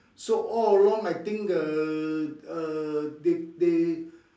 so all along I think err err they they